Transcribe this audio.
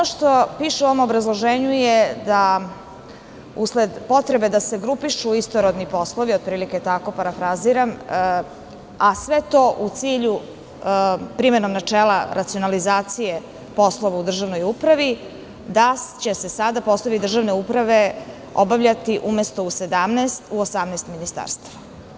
Ono što piše u ovom obrazloženju je da usled potrebe da se grupišu istorodni poslovi, otprilike tako, parafraziram, a sve to u cilju primene načela racionalizacije poslova u državnoj upravi, da će se sada poslovi državne uprave obavljati umesto u 17, u 18 ministarstava.